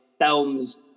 films